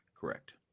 Correct